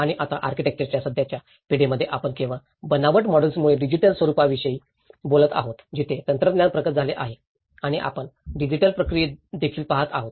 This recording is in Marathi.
आणि आता आर्किटेक्चरच्या सध्याच्या पिढीमध्ये आपण केवळ बनावट मॉडेल्समुळेच डिजिटल स्वरुपाविषयी बोलत आहोत जिथे तंत्रज्ञान प्रगत झाले आहे आणि आपण डिजिटल प्रक्रियादेखील पाहत आहोत